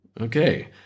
Okay